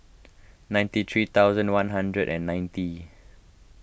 ninety three thousand one hundred and ninety